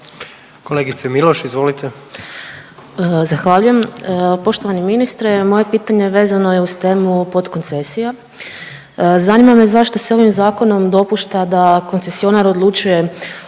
Jelena (Možemo!)** Zahvaljujem. Poštovani ministre, moje pitanje vezano je uz temu podkoncesija. Zanima me zašto se ovim zakonom dopušta da koncesionar odlučuje o